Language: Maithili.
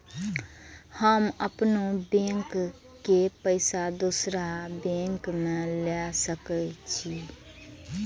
हम अपनों बैंक के पैसा दुसरा बैंक में ले सके छी?